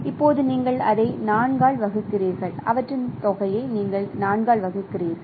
இப்போது நீங்கள் அதை 4 ஆல் வகுக்கிறீர்கள் அவற்றின் தொகையை நீங்கள் 4 ஆல் வகுக்கிறீர்கள்